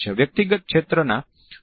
વ્યક્તિગત ક્ષેત્ર ના પરપોટા માં 1